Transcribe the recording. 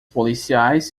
policiais